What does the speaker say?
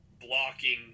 blocking